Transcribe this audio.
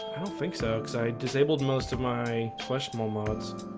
think so excited disabled. most of my flesh more mods